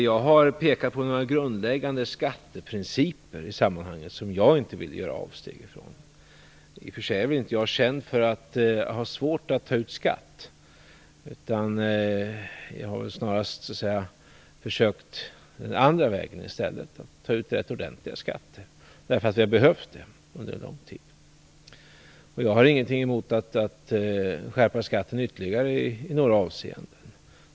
Jag har pekat på några grundläggande skatteprinciper i sammanhanget som jag inte vill göra avsteg ifrån. I och för sig är väl inte jag känd för att ha svårt för att ta ut skatt, utan jag har snarast försökt gå den andra vägen och tagit ut rätt ordentliga skatter. Vi har nämligen behövt det under en lång tid. Jag har ingenting emot att skärpa skatten ytterligare i några avseenden.